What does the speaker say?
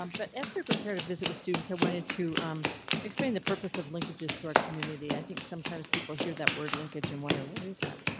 um but as we prepare to visit with students who wanted to explain the purpose of linkages to our community, i think sometimes people hear that word linkage and wonder what is that.